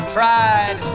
tried